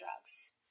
drugs